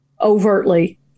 overtly